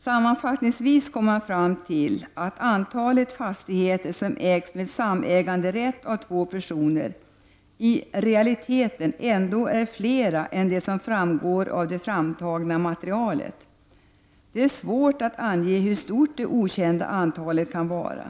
Sammanfattningsvis kommer man fram till att antalet fastigheter som ägs med samäganderätt av två personer i realiteten ändå är fler än de som framgår av det framtagna materialet. Det är svårt att ange hur stort det okända antalet kan vara.